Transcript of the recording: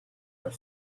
for